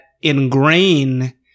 ingrain